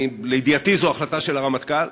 לידיעתי, זו החלטה של הרמטכ"ל.